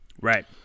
right